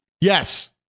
Yes